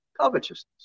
covetousness